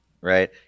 right